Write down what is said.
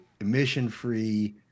emission-free